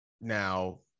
now